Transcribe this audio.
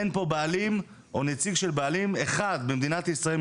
אין פה בעלים או נציג של בעלים אחד במדינת ישראל,